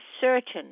certain